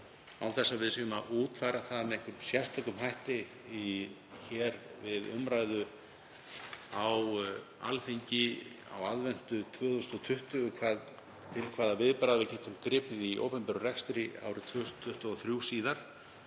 án þess að við séum að útfæra það með einhverjum sérstökum hætti hér við umræðu á Alþingi á aðventu 2020 til hvað viðbragða við getum gripið í opinberum rekstri árið 2023 eða